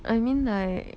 I mean like